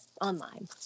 online